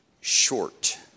short